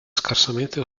scarsamente